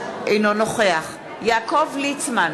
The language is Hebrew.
אינו נוכח יעקב ליצמן,